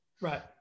Right